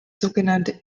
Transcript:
sogenannte